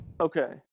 Okay